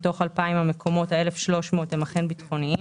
מתוך 2,000 המקומות, ה-1,300 הם אכן ביטחוניים.